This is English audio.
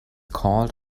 called